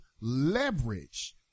leverage